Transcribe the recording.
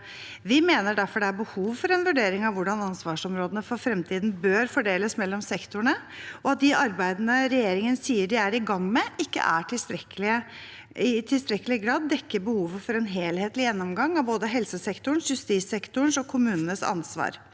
Vi mener derfor det er behov for en vurdering av hvordan ansvarsområdene for fremtiden bør fordeles mellom sektorene, og at de arbeidene regjeringen sier de er i gang med, ikke i tilstrekkelig grad dekker behovet for en helhetlig gjennomgang av både helsesektorens, justissektorens og kommunenes ansvar.